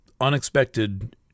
unexpected